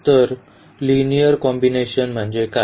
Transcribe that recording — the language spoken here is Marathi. तर लिनिअर कॉम्बिनेशन म्हणजे काय